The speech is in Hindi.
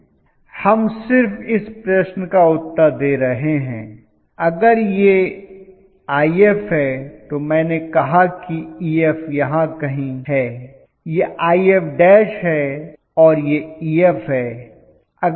हम सिर्फ इस प्रश्न का उत्तर दे रहे हैं अगर यह If है तो मैंने कहा कि Ef यहां कहीं है यह If है और यह Ef है